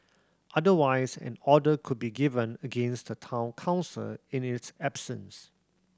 otherwise an order could be given against the Town Council in its absence